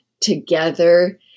Together